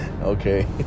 okay